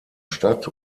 statt